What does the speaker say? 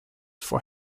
for